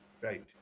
Right